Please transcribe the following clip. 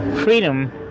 Freedom